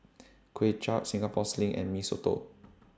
Kway Chap Singapore Sling and Mee Soto